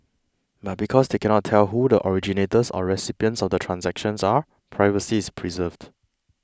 but because they cannot tell who the originators or recipients of the transactions are privacy is preserved